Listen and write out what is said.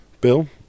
Bill